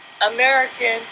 American